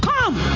Come